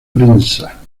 prensa